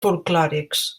folklòrics